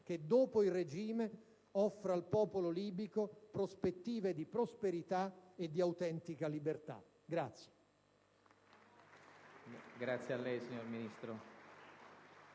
che, dopo il regime, offra al popolo libico prospettive di prosperità e di autentica libertà.